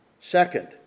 Second